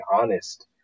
honest